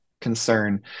concern